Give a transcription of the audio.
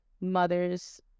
mothers